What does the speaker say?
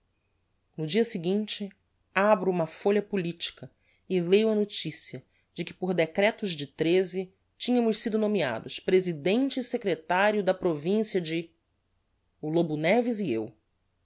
no dia seguinte abro uma folha politica e leio a noticia de que por decretos de tínhamos sido nomeados presidente e secretario da provincia de o lobo neves e eu